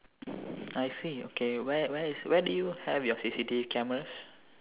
I see okay where where is where do you have your C_C_T_V cameras